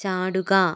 ചാടുക